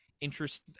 interest